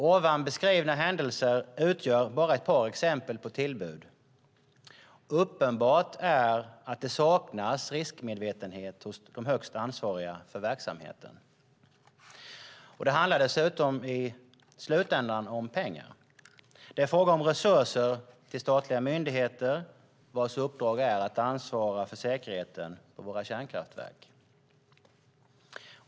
De nu beskrivna händelserna utgör bara några exempel på tillbud. Uppenbart är att det saknas riskmedvetande hos de högst ansvariga för verksamheten. Det handlar dessutom i slutändan om pengar. Det är fråga om resurser till statliga myndigheter vars uppdrag är att ansvara för säkerheten på våra kärnkraftverk.